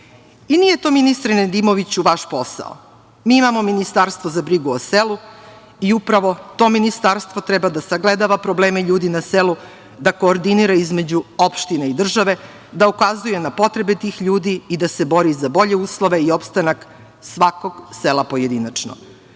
nije to, ministre Nedimoivću, vaš posao. Mi imamo Ministarstvo za brigu o selu i upravo to Ministarstvo treba da sagledava probleme ljudi na selu, da koordinira između opštine i države, da ukazuje na potrebu tih ljudi i da se bori za bolje uslove i opstanak svakog sela pojedinačno. Nama